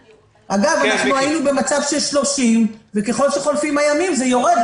היינו במצב של 30 וככל שחולפים הימים זה יורד.